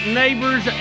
neighbors